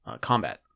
combat